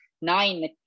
nine